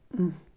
إں